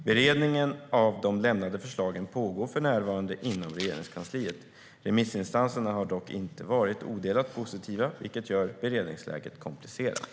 Beredningen av de lämnade förslagen pågår för närvarande inom Regeringskansliet. Remissinstanserna har dock inte varit odelat positiva, vilket gör beredningsläget komplicerat.